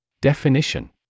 Definition